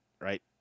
right